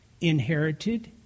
inherited